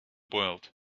world